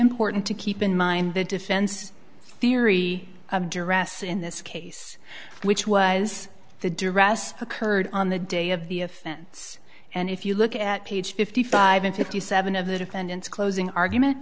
important to keep in mind the defense's theory of duress in this case which was the duress occurred on the day of the offense and if you look at page fifty five and fifty seven of the defendant's closing argument